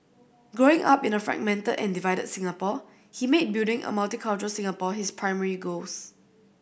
growing up in a fragmented and divided Singapore he made building a multicultural Singapore his primary goals